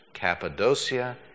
Cappadocia